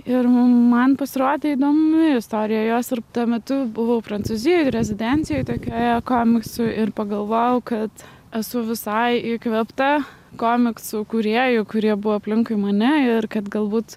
ir man pasirodė įdomi istorija jos ir tuo metu buvau prancūzijoj rezidencijoj tokioje komiksų ir pagalvojau kad esu visai įkvėpta komiksų kūrėjų kurie buvo aplinkui mane ir kad galbūt